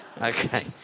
okay